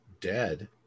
dead